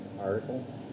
article